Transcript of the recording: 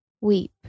Weep